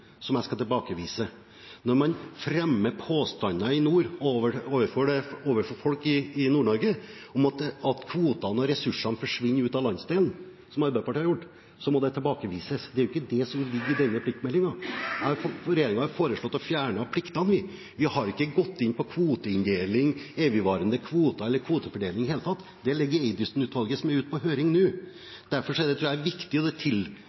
om at kvotene og ressursene forsvinner ut av landsdelen, som Arbeiderpartiet har gjort, så må det tilbakevises. Det er jo ikke det som ligger i denne pliktmeldingen. Regjeringen har foreslått å fjerne pliktene. Vi har ikke gått inn på kvoteinndeling, evigvarende kvoter eller kvotefordeling i det hele tatt. Det ligger i Eidesen-utvalget som er ute på høring nå. Derfor tror jeg det er viktig, og det